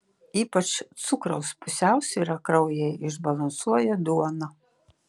ypač cukraus pusiausvyrą kraujyje išbalansuoja duona